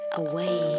away